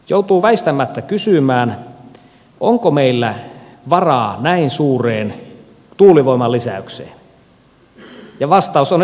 joutuu väistämättä kysymään onko meillä varaa näin suureen tuulivoimalisäykseen ja vastaus on että ei ole